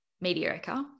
mediocre